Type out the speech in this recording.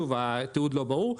התיעוד לא ברור.